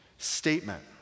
statement